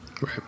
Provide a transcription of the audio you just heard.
Right